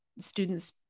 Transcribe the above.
students